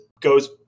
goes